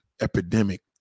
epidemic